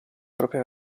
propria